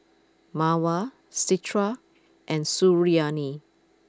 Mawar Citra and Suriani